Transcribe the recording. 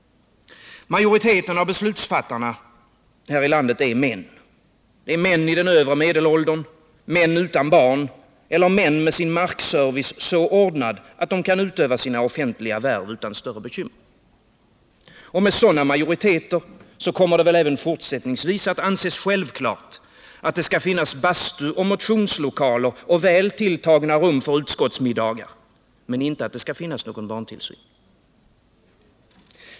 Majoriteten av beslutsfattarna är i vårt land män — män i den övre medelåldern, män utan barn eller med sin markservice så ordnad att de kan utöva sina offentliga värv utan problem. Med sådana majoriteter kommer det även fortsättningsvis att anses självklart att det skall finnas bastu, motionslokaler och väl tilltagna rum för utskottsmiddagar — men inte att det skall finnas barntillsyn.